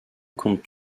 comptes